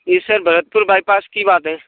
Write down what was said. ये sir Bharatpur bypass की बात है